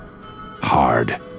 hard